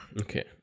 Okay